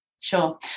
Sure